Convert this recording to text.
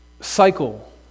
cycle